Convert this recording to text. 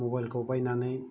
मबाइलखौ बायनानै